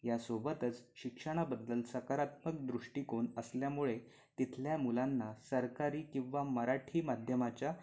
यासोबतच शिक्षणाबद्दल सकारात्मक दृष्टिकोन असल्यामुळे तिथल्या मुलांना सरकारी किंवा मराठी माध्यमाच्या